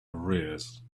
arrears